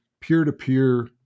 peer-to-peer